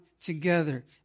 together